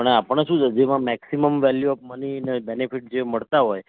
ના આપણે શું છે જેમાં મેક્સિમમ વેલ્યૂ ઓફ મની ને બેનિફિટ જે મળતાં હોય